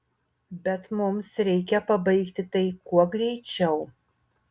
bet mums reikia pabaigti tai kuo greičiau